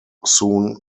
soon